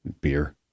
Beer